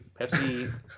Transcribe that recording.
Pepsi